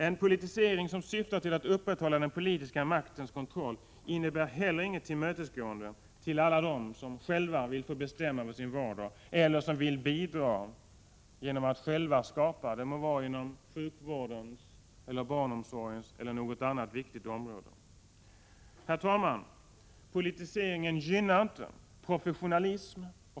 En politisering som syftar till att upprätthålla den politiska maktens kontroll innebär inte heller att man tillmötesgår alla dem som själva vill bestämma över sin vardag och som vill bidra genom att själva skapa alternativ, det må gälla sjukvården, barnomsorgen eller något annat viktigt område. Herr talman! Politiseringen gynnar inte professionalism.